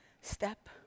step